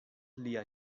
lia